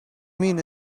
mean